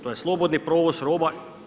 To je slobodni provoz roba.